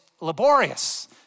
laborious